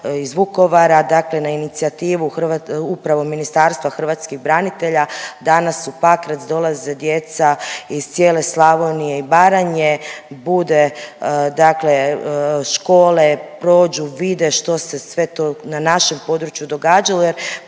iz Vukovara, dakle na inicijativu upravo Ministarstva hrvatskih branitelja danas u Pakrac dolaze djeca iz cijele Slavonije i Baranje, bude dakle škole prođu, vide što se sve to na našem području događalo jer